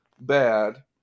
bad